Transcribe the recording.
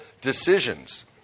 decisions